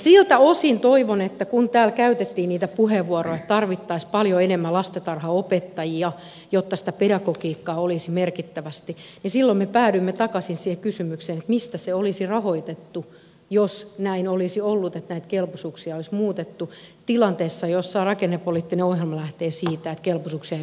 siltä osin toivon että kun täällä käytettiin niitä puheenvuoroja että tarvittaisiin paljon enemmän lastentarhanopettajia jotta sitä pedagogiikkaa olisi merkittävästi niin silloin me päädymme takaisin siihen kysymykseen että mistä se olisi rahoitettu jos näin olisi ollut että näitä kelpoisuuksia olisi muutettu tilanteessa jossa rakennepoliittinen ohjelma lähtee siitä että kelpoisuuksia ei voi muuttaa